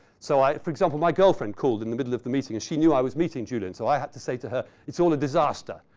so for example, my girlfriend called in the middle of the meeting and she knew i was meeting julian. so, i had to say to her, it's all a disaster.